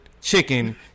chicken